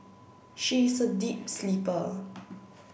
she is a deep sleeper